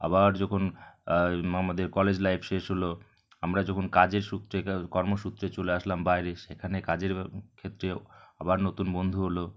আবার যখন আমদের কলেজ লাইফ শেষ হল আমরা যখন কাজের সূত্রে কর্মসূত্রে চলে আসলাম বাইরে সেখানে কাজের ক্ষেত্রেও আবার নতুন বন্ধু হল